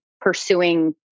pursuing